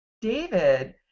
David